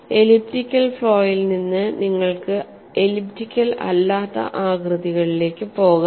elliptical ഫ്ലോയിൽ നിന്ന് നിങ്ങൾക്ക് എലിപ്റ്റിക്കൽ അല്ലാത്ത ആകൃതികളിലേക്ക് പോകാം